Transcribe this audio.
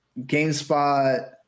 GameSpot